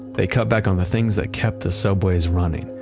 they cut back on the things that kept the subways running.